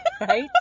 right